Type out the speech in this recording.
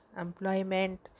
employment